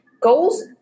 Goals